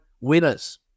winners